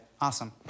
Awesome